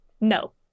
no